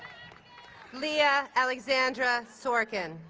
leah alexandra sorkin